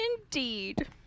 indeed